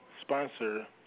sponsor